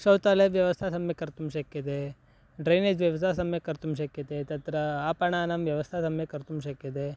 शौचालयव्यवस्था सम्यक् कर्तुं शक्यते ड्रैनेज् व्यवस्था सम्यक् कर्तुं शक्यते तत्र आपणानां व्यवस्था सम्यक् कर्तुं शक्यते